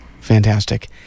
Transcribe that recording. Fantastic